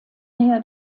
nähe